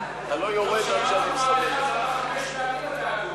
חמש פעמים אתה הגון.